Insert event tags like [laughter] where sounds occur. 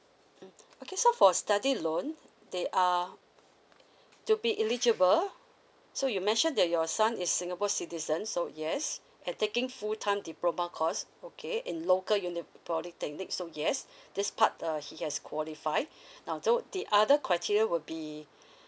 mm okay so for study loan they are to be eligible so you mentioned that your son is singapore citizen so yes and taking full time diploma course okay in local uni~ polytechnic so yes [breath] this part uh he has qualify [breath] now though the other criteria would be